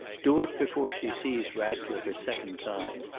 do it before she sees ratcliffe a second time.